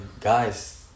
Guys